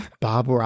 Bob